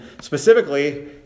specifically